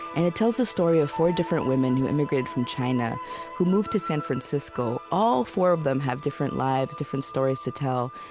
and it tells the story of four different women who emigrated from china who moved to san francisco. all four of them have different lives, different stories to tell,